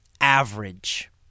average